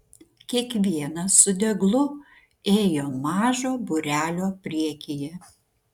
kiekvienas su deglu ėjo mažo būrelio priekyje